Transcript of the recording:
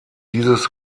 dieses